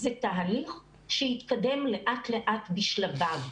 זה תהליך שיתקדם לאט לאט בשלביו,